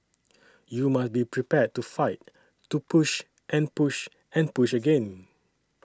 you must be prepared to fight to push and push and push again